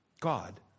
God